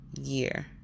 year